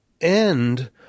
end